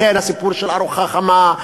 לכן הסיפור של ארוחה חמה,